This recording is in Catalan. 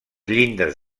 llindes